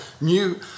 new